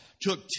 took